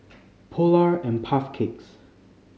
Polar and Puff Cakes